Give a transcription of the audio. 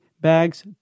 bags